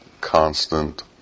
constant